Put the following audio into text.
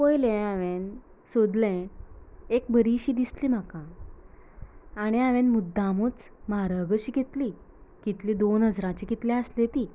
पोयलें हांवेन सोदलें एक बरिशीं दिसली म्हाका आनी हांवेन मुद्दामूच म्हारग अशीं घेतली किटली दोन हजाराची कितलीं आसत तीं